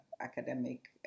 academic